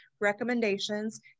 recommendations